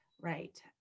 Right